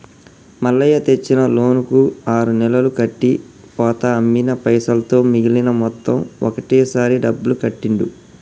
మల్లయ్య తెచ్చిన లోన్ కు ఆరు నెలలు కట్టి పోతా అమ్మిన పైసలతో మిగిలిన మొత్తం ఒకటే సారి డబ్బులు కట్టిండు